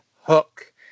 Hook